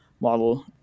model